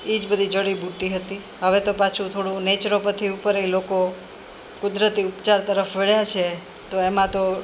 એ જ બધી જડીબુટ્ટી હતી હવે તો પાછું થોડું નેચરોપથી ઉપર એ ય લોકો કુદરતી ઉપચાર તરફ વળ્યા છે તો એમાં તો